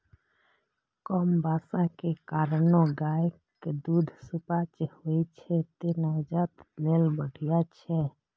कम बसा के कारणें गायक दूध सुपाच्य होइ छै, तें नवजात लेल बढ़िया छै